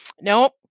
nope